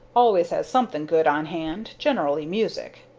always has something good on hand generally music.